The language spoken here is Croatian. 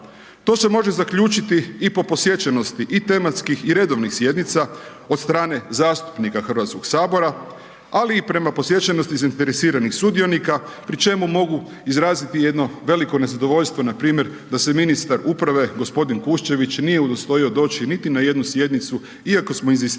To se može zaključiti i po posjećenosti i tematskih i redovnih sjednica, od strane zastupnika HS-a, ali i prema posjećenosti zainteresiranih sudionika pri čemu mogu izraziti jedno veliko nezadovoljstvo npr. da se ministar uprave, g. Kuščević nije udostojao doći niti na jednu sjednicu iako smo inzistirali